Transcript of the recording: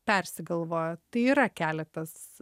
persigalvojo tai yra keletas